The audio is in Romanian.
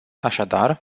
așadar